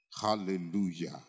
Hallelujah